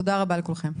תודה רבה לכולכם,